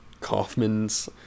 Kaufmans